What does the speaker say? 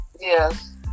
Yes